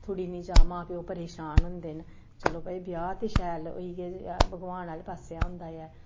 थुड़ी निं जा मां प्योऽ परेशान होंदे न चलो भाई ब्याह् ते शैल होई गेआ भगवान आह्ले पासेआ होंदा ऐ